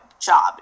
Job